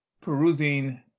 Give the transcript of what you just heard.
perusing